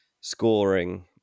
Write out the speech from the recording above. scoring